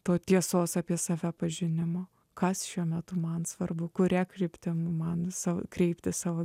to tiesos apie save pažinimo kas šiuo metu man svarbu kuria kryptimi man sau kreipti savo